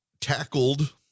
tackled